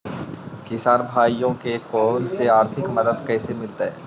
किसान भाइयोके कोन से आर्थिक मदत कैसे मीलतय?